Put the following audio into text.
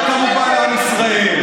וכמובן לעם ישראל.